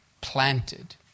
planted